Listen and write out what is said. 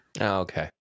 Okay